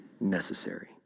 Necessary